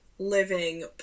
living